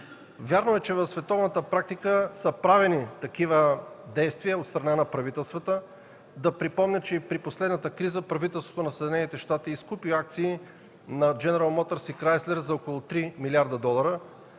Вярно е, че в световната практика са правени такива действия от страна на правителствата. Да припомня, че при последната криза правителството на Съединените щати изкупи акции на „Дженерал Мотърс” и на „Крайслер” за около 3 млрд. долара.